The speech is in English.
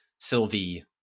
Sylvie